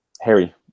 Harry